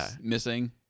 missing